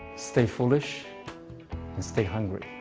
stay foolish and stay hungry.